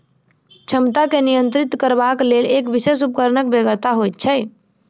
क्षमता के नियंत्रित करबाक लेल एक विशेष उपकरणक बेगरता होइत छै